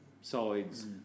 sides